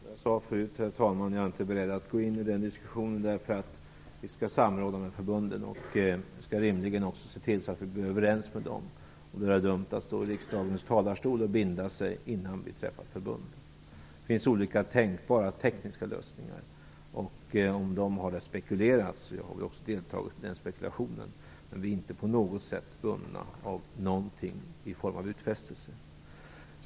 Herr talman! Som jag sade tidigare är jag inte beredd att gå in i den diskussionen därför att vi skall samråda med förbunden. Vi skall rimligen också se till att vi blir överens med dem. Det vore dumt av mig att i riksdagens talarstol binda mig för någon lösning innan vi har träffat förbunden. Det finns olika tänkbara tekniska lösningar, om vilka det har spekulerats. Jag har väl också deltagit i den spekulationen, men vi är inte på något sätt bundna av någon form av utfästelser.